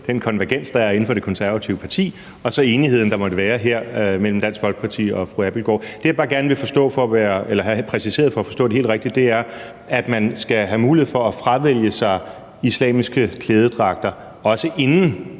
den konvergens, der er inden for Det Konservative Folkeparti, og så enigheden, der måtte være her mellem Dansk Folkeparti og fru Mette Abildgaard. Det, jeg bare gerne vil have præciseret for at forstå det helt rigtigt, er, at man skal have mulighed for at fravælge sig islamiske klædedragter, også inden